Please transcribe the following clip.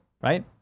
Right